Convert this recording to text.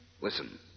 Listen